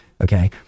Okay